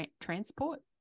Transport